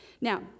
Now